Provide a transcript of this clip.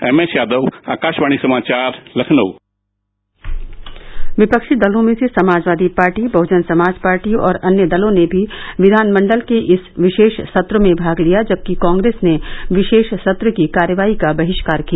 MS Yadav Akashvani समाचार लखनऊ विपक्षी दलों में से समाजवादी पार्टी बहुजन समाज पार्टी और अन्य दलों ने भी विधानमण्डल के इस विशेष सत्र में भाग लिया जबकि कांग्रेस ने विशेष सत्र की कार्यवाही का बहिष्कार किया